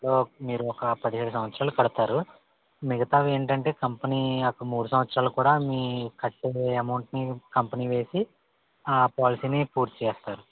మీరు ఒక పదిహేడు సంవత్సరాలు కడతారు మిగతావి ఏంటంటే కంపెనీ ఒక మూడు సంవత్సరాలు కూడ మీ కట్టే అమౌంటు ని కంపెనీ వేసి ఆ పాలసీ ని పూర్తిచేస్తారు